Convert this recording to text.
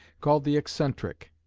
called the excentric.